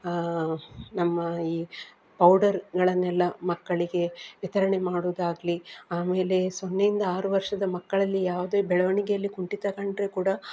ನಮ್ಮ ಈ ಪೌಡರ್ಗಳನ್ನೆಲ್ಲ ಮಕ್ಕಳಿಗೆ ವಿತರಣೆ ಮಾಡೋದಾಗ್ಲಿ ಆಮೇಲೆ ಸೊನ್ನೆಯಿಂದ ಆರು ವರ್ಷದ ಮಕ್ಕಳಲ್ಲಿ ಯಾವುದೇ ಬೆಳವಣಿಗೆಯಲ್ಲಿ ಕುಂಠಿತ ಕಂಡರೆ ಕೂಡ